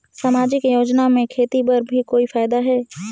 समाजिक योजना म खेती बर भी कोई फायदा है?